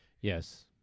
Yes